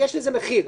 יש לזה מחיר,